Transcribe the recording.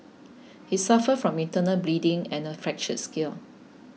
he suffered from internal bleeding and a fractured skill